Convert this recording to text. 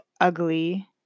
ugly